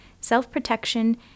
self-protection